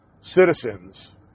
citizens